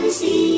see